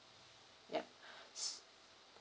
yup